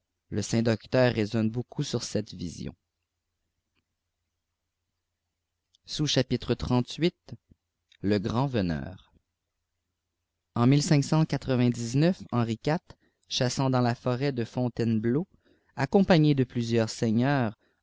le saint docteur raisonne beaucoup sui cette vision le grand veneur en henri ït chassant dans la forêt die fontainebleau acotnpïgne de jpilusîeùiis seigneur